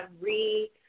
re